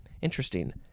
Interesting